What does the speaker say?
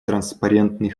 транспарентный